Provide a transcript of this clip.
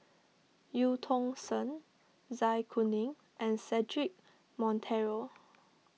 Eu Tong Sen Zai Kuning and Cedric Monteiro